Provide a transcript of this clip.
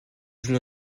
joue